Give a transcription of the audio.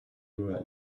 were